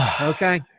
Okay